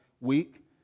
week